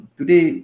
today